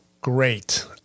Great